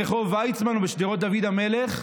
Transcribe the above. ברחוב ויצמן או בשדרות דוד המלך,